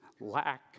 lack